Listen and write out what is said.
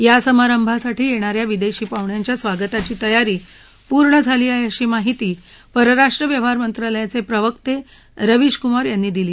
या समारंभासाठी येणा या विदेशी पाहण्यांच्या स्वागताची तयारी पूर्ण झाली आहे अशी महिती परराष्ट्र व्यवहार मंत्रालयाचे प्रवक्ते रविश कुमार यांनी दिली